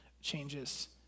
changes